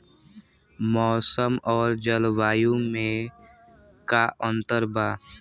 मौसम और जलवायु में का अंतर बा?